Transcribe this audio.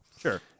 Sure